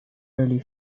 early